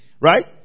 Right